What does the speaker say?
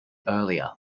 earlier